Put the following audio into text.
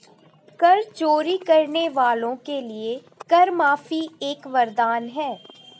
कर चोरी करने वालों के लिए कर माफी एक वरदान है